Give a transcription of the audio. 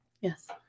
Yes